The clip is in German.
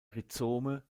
rhizome